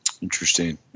Interesting